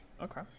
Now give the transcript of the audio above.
okay